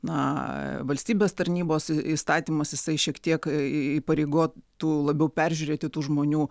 na valstybės tarnybos įstatymas jisai šiek tiek įpareigotų labiau peržiūrėti tų žmonių